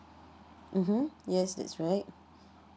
mmhmm yes that's right